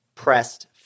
Pressed